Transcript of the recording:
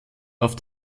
auf